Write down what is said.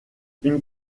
une